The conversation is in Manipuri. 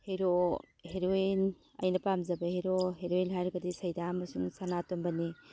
ꯍꯦꯔꯣ ꯍꯦꯔꯣꯏꯟ ꯑꯩꯅ ꯄꯥꯝꯖꯕ ꯍꯦꯔꯣ ꯍꯦꯔꯣꯏꯟ ꯍꯥꯏꯔꯒꯗꯤ ꯁꯩꯗꯥ ꯑꯃꯁꯨꯡ ꯁꯥꯅꯥꯇꯣꯝꯕꯅꯤ